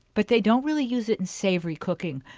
but they don't really use it in savory cooking.